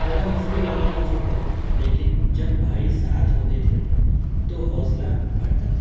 تھوڑا مشکل لگا مجھے پہلے لیکن جب بھائی ساتھ ہوتے تھے تو حوصلہ بڑھتا تھا